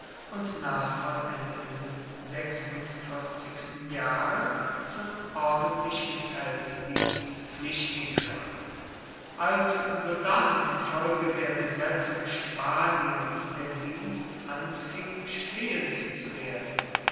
und nach vollendetem sechsundvierzigsten jahre zum ordentlichen felddienst pflichtig war als sodann infolge der besetzung spaniens der dienst anfing stehend zu werden